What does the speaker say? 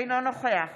אינו נוכח